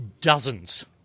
dozens